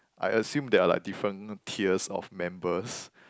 I assume there are like different tiers of members